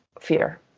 fear